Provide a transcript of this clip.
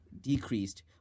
decreased